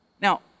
Now